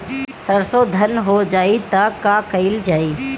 सरसो धन हो जाई त का कयील जाई?